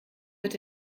wird